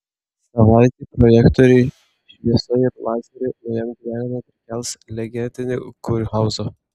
savaitei projektoriai šviesa ir lazeriai naujam gyvenimui prikels legendinį kurhauzą